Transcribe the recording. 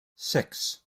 six